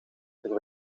ter